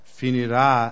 finirà